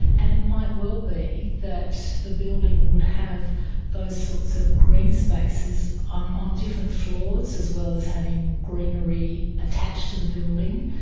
and it might well be that the building would have those sorts of green spaces um on different floors as well as having greenery attached to the building.